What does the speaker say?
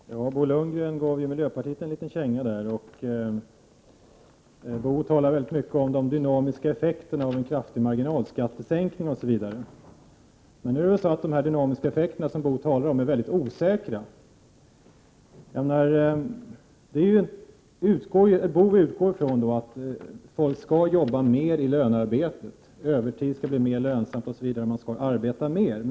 Herr talman! Bo Lundgren gav miljöpartiet en liten känga. Han talade väldigt mycket om de dynamiska effekterna av en kraftig marginalskattesänkning. Nu är ju de dynamiska effekter som Bo Lundgren talar om väldigt osäkra. Bo Lundgren utgår från att folk skall arbeta mer i lönearbetet. Övertidsarbete skall bli mera lönsamt, och man skall arbeta mera.